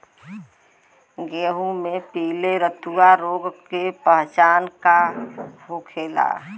गेहूँ में पिले रतुआ रोग के पहचान का होखेला?